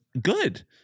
good